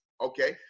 okay